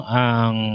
ang